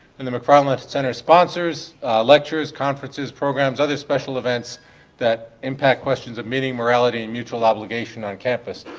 and the mcfarland center sponsors lectures, conferences, programs, other special events that impact questions of meaning, morality, and mutual obligation on campus.